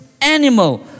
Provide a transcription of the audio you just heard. animal